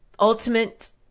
ultimate